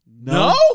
No